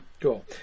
cool